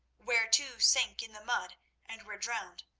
where two sank in the mud and were drowned,